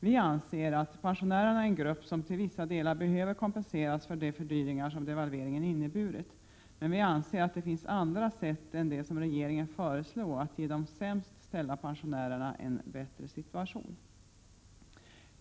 Vi anser att pensionärerna är en grupp som till vissa delar behöver kompenseras för de fördyringar som devalveringen har inneburit, men det finns andra sätt än dem som regeringen föreslår för att ge de sämst ställda pensionärerna en bättre situation.